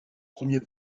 premier